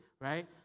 right